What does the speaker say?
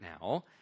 now